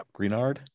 greenard